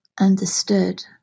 understood